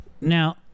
Now